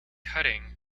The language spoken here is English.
cutting